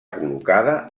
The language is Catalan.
col·locada